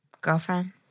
Girlfriend